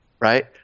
Right